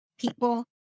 people